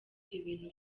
ibintu